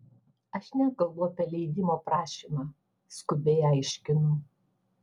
aš nekalbu apie leidimo prašymą skubiai aiškinu